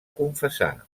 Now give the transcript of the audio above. confessar